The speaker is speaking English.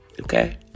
Okay